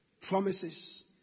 promises